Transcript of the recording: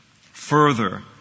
further